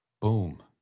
Boom